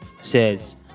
says